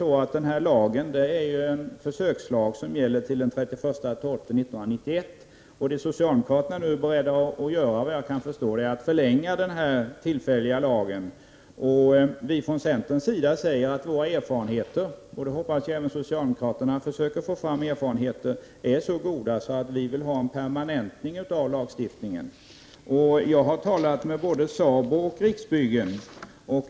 För närvarande är denna lag en lag som gäller på försök till den 31 december 1991. Såvitt jag kan förstå är socialdemokraterna nu beredda att förlänga denna försöksverksamhet. Vi i centern anser att erfarenheterna är så goda -- jag hoppas att även socialdemokraterna tar till vara erfarenheterna -- att vi vill att denna lagstiftning skall permanentas. Jag har talat med både SABO och Riksbyggen.